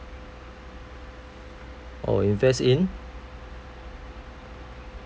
or invest in